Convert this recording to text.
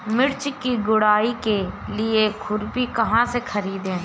मिर्च की गुड़ाई के लिए खुरपी कहाँ से ख़रीदे?